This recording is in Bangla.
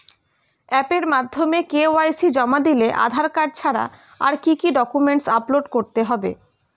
অ্যাপের মাধ্যমে কে.ওয়াই.সি জমা দিলে আধার কার্ড ছাড়া আর কি কি ডকুমেন্টস আপলোড করতে হবে?